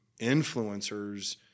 influencers